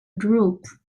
drupe